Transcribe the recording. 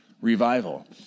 revival